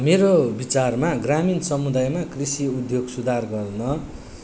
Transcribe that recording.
मेरो विचारमा ग्रामीण समुदायमा कृषि उद्योग सुधार गर्न